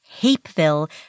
Hapeville